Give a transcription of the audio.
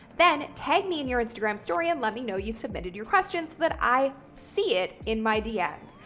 then, tag me in your instagram story and let me know you've submitted your question so that i see it in my dms.